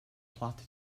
plot